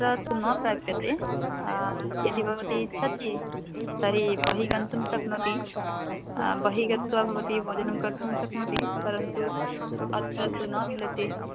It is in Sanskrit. तत् न प्राप्यते यदि भवती इच्छति तर्हि बहिः गन्तुं शक्नोति बहिः गत्वा भवती भोजनं कर्तुं शक्नोति परन्तु अत्र तु न मिलति